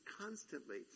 constantly